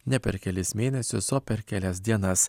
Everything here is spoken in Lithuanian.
ne per kelis mėnesius o per kelias dienas